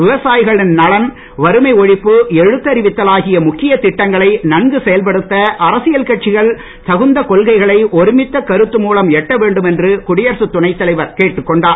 விவசாயிகள் நலன் வறுமை ஒழிப்பு எழுத்தறிவித்தல் ஆகிய முக்கிய திட்டங்களை நன்கு செயல்படுத்த அரசியல் கட்சிகள் தகுந்த கொள்கைகளை ஒருமித்த கருத்து மூலம் எட்ட வேண்டும் என்று குடியரசுத் துணைத் தலைவர் கேட்டுக் கொண்டார்